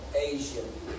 Asian